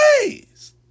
ways